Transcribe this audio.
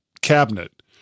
cabinet